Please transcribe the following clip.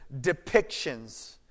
depictions